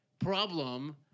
problem